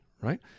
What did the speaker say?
right